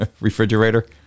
refrigerator